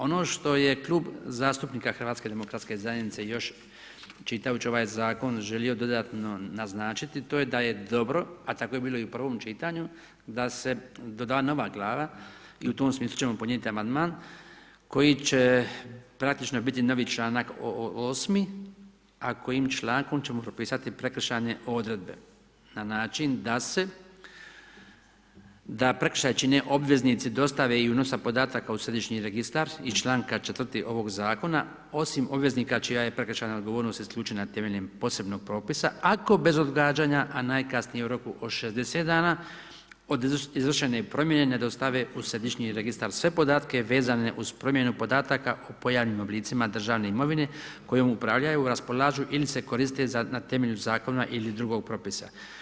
Ono što je Klub zastupnika HDZ-a još čitajući ovaj zakon želio dodatno naznačiti, to je da je dobro, a tako je bilo i u prvom čitanju, da se doda nova glava i u tom smislu ćemo podnijeti amandman koji će praktično biti novi članak 8. a kojim člankom ćemo propisati prekršajne odredbe na način da se, da prekršaj čine obveznici dostave i unosa podataka u središnji registar iz članka 4. ovog zakona osim obveznika čija je prekršajna odgovornost isključena temeljem posebnog propisa ako bez odgađanja a najkasnije u roku od 60 dana od izvršene promjene ne dostave u središnji registar sve podatke vezane uz promjenu podataka o pojedinim oblicima državne imovine kojom upravljaju, raspolažu ili se koriste na temelju zakona ili drugog propisa.